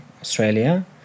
Australia